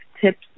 tips